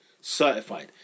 Certified